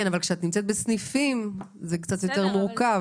אבל כשאת נמצאת בסניפים זה קצת יותר מורכב.